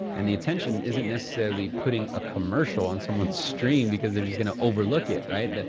and the attention isn't necessarily putting a commercial on someone's stream because they're just going overlook it, right?